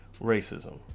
racism